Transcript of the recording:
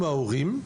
עם ההורים.